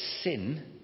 sin